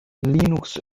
linux